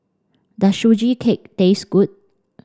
does Sugee Cake taste good